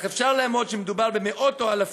אך אפשר להעריך שמדובר במאות או באלפים.